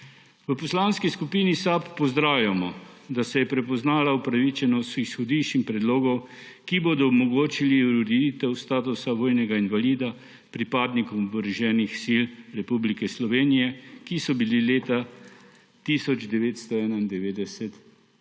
V Poslanski skupini SAB pozdravljamo, da se je prepoznala upravičenost izhodišč in predlogov, ki bodo omogočili ureditev statusa vojnega invalida pripadnikom oboroženih sil Republike Slovenije, ki so bili leta 1991